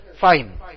fine